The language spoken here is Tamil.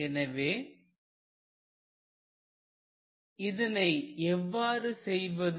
எனவே இதனை எவ்வாறு செய்வது